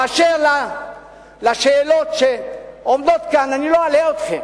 באשר לשאלות שעומדות כאן אני לא אלאה אתכם.